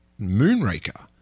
Moonraker